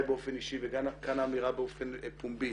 באופן אישי וגם כאן האמירה באופן פומבי